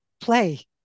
play